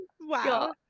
Wow